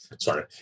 sorry